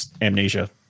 amnesia